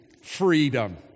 freedom